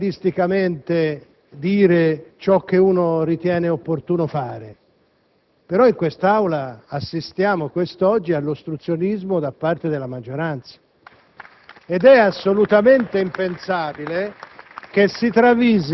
Signor Presidente, per carità, è legittimo propagandisticamente dire ciò che si ritiene opportuno fare, però, in quest'Aula, assistiamo quest'oggi all'ostruzionismo da parte della maggioranza